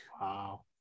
Wow